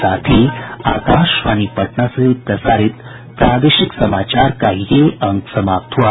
इसके साथ ही आकाशवाणी पटना से प्रसारित प्रादेशिक समाचार का ये अंक समाप्त हुआ